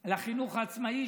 על החינוך העצמאי,